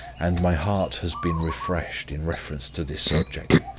and my heart has been refreshed, in reference to this subject,